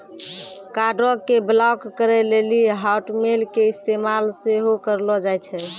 कार्डो के ब्लाक करे लेली हाटमेल के इस्तेमाल सेहो करलो जाय छै